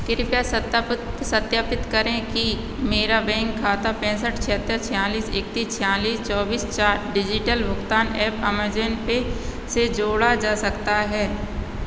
कृपया सत्याप सत्यापित करें कि क्या मेरा बैंक खाता पैंसठ छिहत्तर छियालिस एकतीस छियालीस चौबीस चार डिजिटल भुगतान ऐप अमेज़न पे से जोड़ा जा सकता है